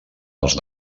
els